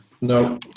No